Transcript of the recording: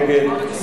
נגד,